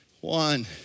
One